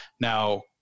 Now